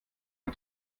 ein